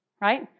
right